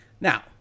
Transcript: Now